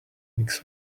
mix